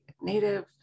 native